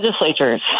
legislatures